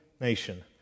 nation